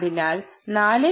അതിനാൽ 4